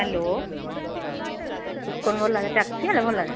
hello तुस कुन बोल्ला दे टैक्सी आह्ले बोल्ला दे